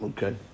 Okay